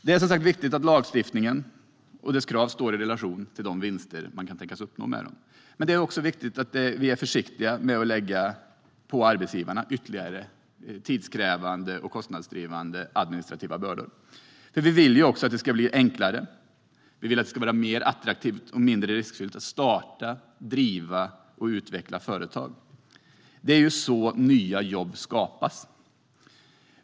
Det är som sagt viktigt att lagstiftningen och dess krav står i relation till de vinster man kan tänkas uppnå med dem. Det är också viktigt att vi är försiktiga med att lägga på arbetsgivarna ytterligare tidskrävande och kostnadsdrivande administrativa bördor. Vi vill att det ska bli enklare, mer attraktivt och mindre riskfyllt att starta, driva och utveckla företag. Det är så nya jobb skapas.